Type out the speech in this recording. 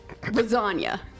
lasagna